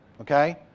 okay